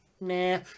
nah